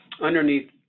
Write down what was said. underneath